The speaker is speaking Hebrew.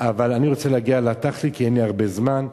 אבל אני רוצה להגיע לתכלית, כי אין לי הרבה זמן: